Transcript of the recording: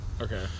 Okay